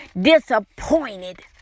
disappointed